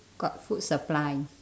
got food supply